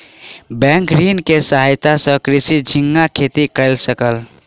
bank ऋण के सहायता सॅ कृषक झींगा खेती कय सकल